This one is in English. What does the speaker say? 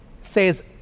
Says